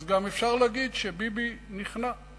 אז גם אפשר להגיד שביבי נכנע.